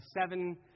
Seven